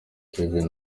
kevin